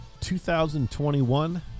2021